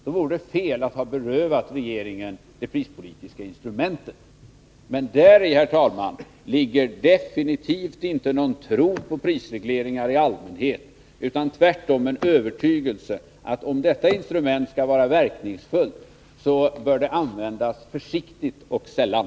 Då vore det fel att ha berövat regeringen det prispolitiska instrumentet. Men däri, herr talman, ligger definitivt inte någon tro på prisregleringar i allmänhet utan tvärtom en övertygelse att om detta instrument skall vara verkningsfullt, då bör det användas försiktigt och sällan.